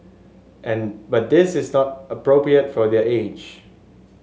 and but this is not appropriate for their age